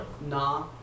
Nah